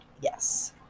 Yes